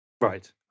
Right